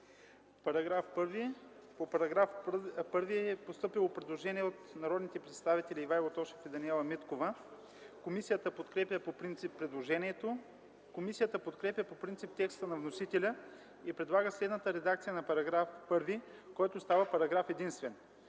ТОШЕВ: По § 1 е постъпило предложение от народните представители Ивайло Тошев и Даниела Миткова. Комисията подкрепя по принцип предложението. Комисията подкрепя по принцип текста на вносителя и предлага следната редакция на § 1, който става параграф единствен: